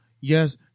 yes